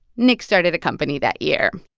nick started a company that year.